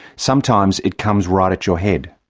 sometimes it comes right at your head.